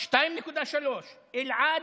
2.3%; אלעד,